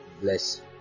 bless